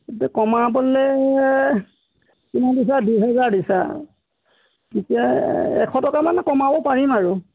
কমাবলৈ কিমান দিছা দুহেজাৰ দিছা এতিয়া এশ টকামান কমাব পাৰিম আৰু